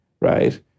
right